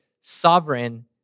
sovereign